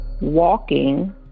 walking